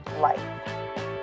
life